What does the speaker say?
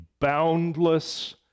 boundless